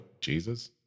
Jesus